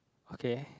okay